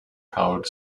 powered